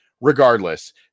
regardless